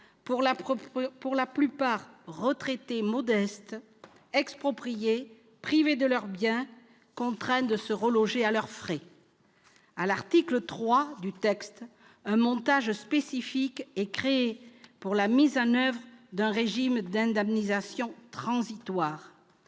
pour la plupart de modestes retraités, expropriés, privés de leurs biens, contraints de se reloger à leurs frais. L'article 3 du présent texte crée un montage spécifique pour la mise en oeuvre d'un régime d'indemnisation transitoire.